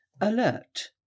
Alert